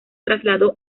trasladó